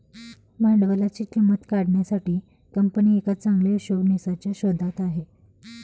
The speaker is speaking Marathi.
भांडवलाची किंमत काढण्यासाठी कंपनी एका चांगल्या हिशोबनीसच्या शोधात आहे